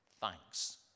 Thanks